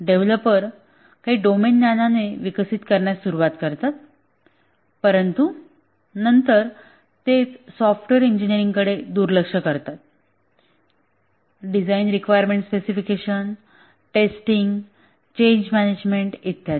developer काही domain ज्ञानाने विकसित करण्यास सुरवात करतात परंतु नंतर तेच सॉफ्टवेअर इंजिनीरिंगकडे दुर्लक्ष करतात design requirement specification testing change management इत्यादी